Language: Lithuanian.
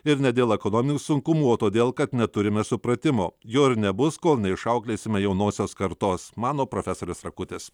ir ne dėl ekonominių sunkumų o todėl kad neturime supratimo jo ir nebus kol neišauklėsime jaunosios kartos mano profesorius rakutis